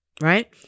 Right